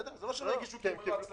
זה לא שהם לא הגישו כי הם היו עצלנים.